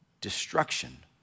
destruction